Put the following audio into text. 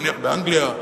נניח באנגליה,